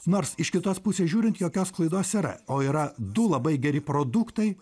nors iš kitos pusės žiūrint jokios klaidos yra o yra du labai geri produktai